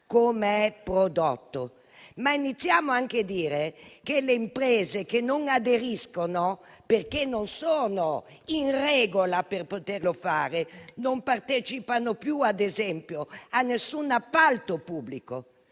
Iniziamo anche dire che le imprese che non aderiscono, perché non sono in regola per poterlo fare, non partecipano più, ad esempio, a alcun appalto pubblico.